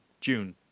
June